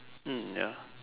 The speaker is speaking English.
hmm ya